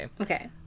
Okay